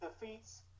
defeats